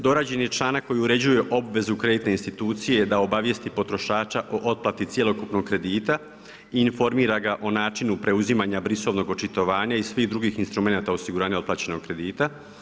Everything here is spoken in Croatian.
Dorađen je članak koji uređuje obvezu kreditne institucije da obavijesti potrošača o otplati cjelokupnog kredita, informira ga o način preuzimanja brisovnog očitovanja i svih drugih instrumenata osiguranja otplaćenog kredita.